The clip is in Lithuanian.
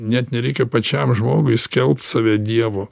net nereikia pačiam žmogui skelbt save dievu